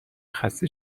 خسته